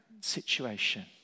situation